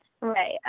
Right